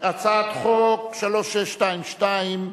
חוק פ/3622,